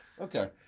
Okay